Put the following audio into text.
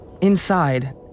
Inside